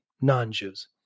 non-Jews